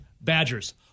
Badgers